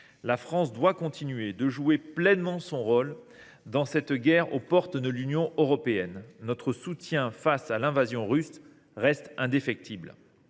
La France doit continuer de jouer pleinement son rôle dans cette guerre aux portes de l’Union européenne. Notre soutien face à l’invasion russe reste indéfectible.